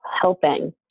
helping